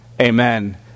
Amen